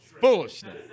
foolishness